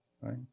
right